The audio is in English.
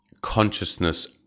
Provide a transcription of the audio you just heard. consciousness